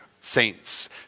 saints